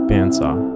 Bandsaw